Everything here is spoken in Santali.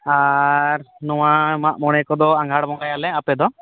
ᱟᱨ ᱱᱚᱣᱟ ᱢᱟᱜᱽᱼᱢᱚᱬᱮ ᱠᱚᱫᱚ ᱟᱜᱷᱟᱬ ᱵᱚᱸᱜᱟᱭᱟᱞᱮ ᱟᱯᱮᱫᱚ